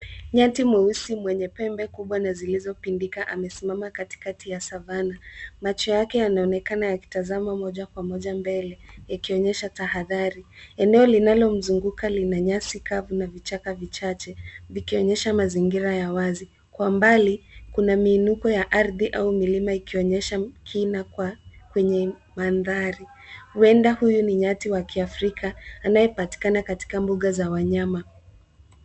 Nyati mweusi mwenye pembe kubwa na zilizo pindika amesimama katikati ya savanna . Macho yake yanaonekana yakitazama moja kwa moja mbele, yakionyesha tahadhari. Eneo linalomzunguka lina nyasi kavu na vichaka vichache, vikionyesha mazingira ya wazi. Kwa mbali, kuna miinuko ya ardhi au milima ikionyesha kina kwa kwenye mandhari. Huenda huyu ni nyati wa kiafrika, anayepatikana katika mbuga za wanyama.